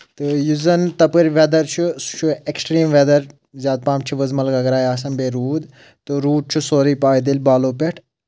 تہٕ یُس زَن تَپٲرۍ ویدَر چھُ سُہ چھُ ایٚکٕسٹرٛیٖم ویدَر زیادٕ پَہَم چھِ وٕزمَل گرے آسان بیٚیہِ روٗد تہٕ روٗد چھُ سورُے پیدٔل بالو پؠٹھ